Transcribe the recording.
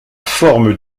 forme